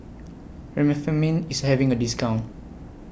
Remifemin IS having A discount